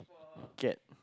get